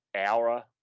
hour